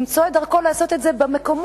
למצוא את דרכו לעשות את זה במקומות